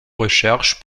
recherche